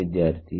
ವಿದ್ಯಾರ್ಥಿ